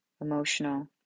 emotional